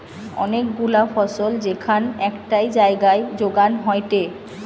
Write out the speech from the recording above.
অনেক গুলা ফসল যেখান একটাই জাগায় যোগান হয়টে